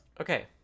Okay